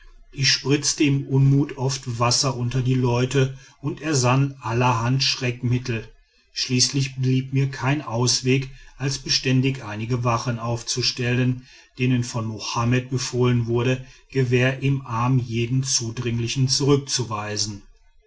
ich spritzte im unmut oft wasser unter die leute und ersann allerhand schreckmittel schließlich blieb mir kein ausweg als beständig einige wachen aufzustellen denen von mohammed befohlen wurde gewehr im arm jeden zudringlichen zurückzuweisen